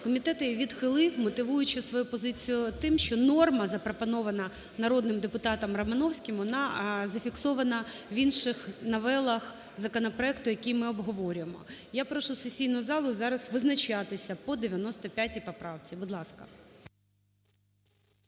Комітет її відхилив, мотивуючи свою позицію тим, що норма, запропонована народним депутатом Романовським, вона зафіксована в інших новелах законопроекту, який ми обговорюємо. Я прошу сесійну залу зараз визначатися по 95 поправці. Будь ласка.